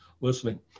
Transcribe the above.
listening